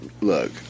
look